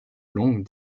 longues